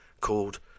called